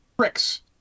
Tricks